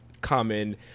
common